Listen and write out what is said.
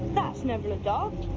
that's never a dog.